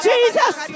Jesus